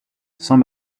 sans